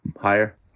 Higher